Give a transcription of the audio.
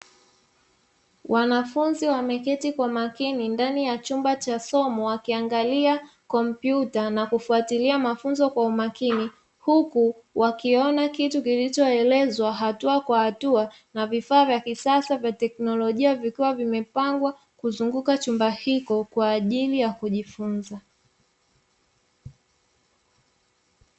Wanafunzi wameketi kwa makini ndani ya chumba cha somo wakiangalia kompyuta na kufatilia mafunzo kwa umakini, huku wakiona kitu kilichoelezwa hatua kwa hatua na vifaa vya kisasa vya teknolojia vikiwa vimepangwa kuzunguka chumba hicho kwa ajili ya kujifunza.